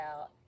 out